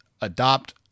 Adopt